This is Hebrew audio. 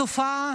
התופעה